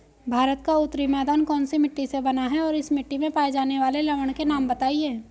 भारत का उत्तरी मैदान कौनसी मिट्टी से बना है और इस मिट्टी में पाए जाने वाले लवण के नाम बताइए?